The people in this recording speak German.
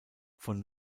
von